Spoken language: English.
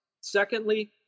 Secondly